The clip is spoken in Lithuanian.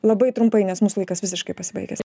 labai trumpai nes mūsų laikas visiškai pasibaigęs